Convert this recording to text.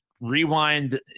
rewind